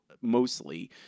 mostly